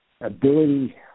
ability